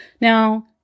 Now